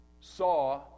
saw